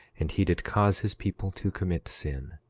and he did cause his people to commit sin,